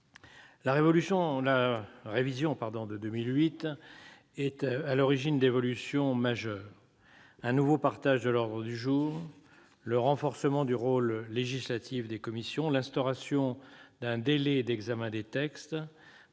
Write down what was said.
La révision de 2008 est à l'origine d'évolutions majeures : un nouveau partage de l'ordre du jour, le renforcement du rôle législatif des commissions, l'instauration d'un délai d'examen des textes,